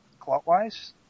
clockwise